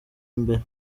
imbere